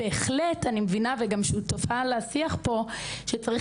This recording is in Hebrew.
בהחלט אני מבינה וגם שותפה לשיח פה שצריך